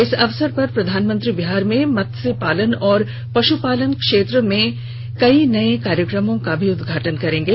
इस अवसर पर प्रधानमंत्री बिहार में मत्स्य पालन और पश् पालन क्षेत्रों में कई नये कार्यक्रमों का भी उद्घाटन करेंगे